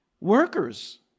workers